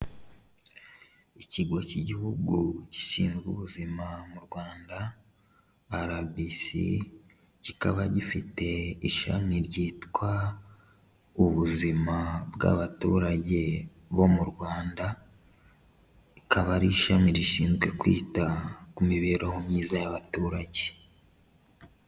Ikigo cy'igihugu gishinzwe ubuzima mu Rwanda RBC, kikaba gifite ishami ryitwa ubuzima bw'abaturage bo mu Rwanda, akaba ari ishami rishinzwe kwita ku mibereho myiza y'abaturage.